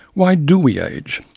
why do we age?